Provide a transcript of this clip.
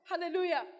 Hallelujah